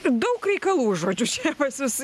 daug reikalų žodžiu čia pas jus